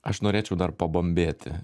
aš norėčiau dar pabambėti